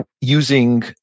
using